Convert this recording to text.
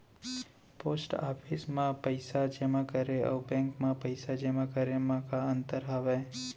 post office मा पइसा जेमा करे अऊ बैंक मा पइसा जेमा करे मा का अंतर हावे